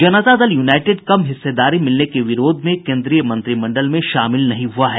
जनता Dal United कम हिस्सेदारी मिलने के विरोध में केंद्रीय मंत्रिमंडल में शामिल नहीं हुआ है